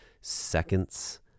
seconds